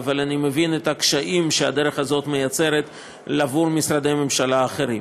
אבל אני מבין את הקשיים שהדרך הזאת מייצרת עבור משרדי ממשלה אחרים.